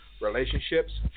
relationships